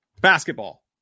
Basketball